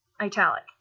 italic